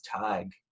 tag